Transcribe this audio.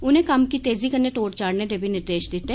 उनें कम्म गी तेज़ी कन्नै तोड़ चाढ़ने दे बी निर्देश दिते